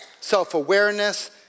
self-awareness